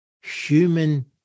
human